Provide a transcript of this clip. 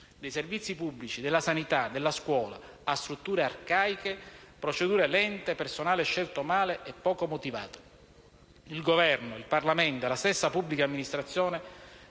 dei servizi pubblici, della sanità, della scuola ha strutture arcaiche, procedure lente, personale scelto male e poco motivato. Il Governo, il Parlamento e la stessa pubblica amministrazione